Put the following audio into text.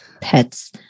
Pets